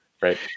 right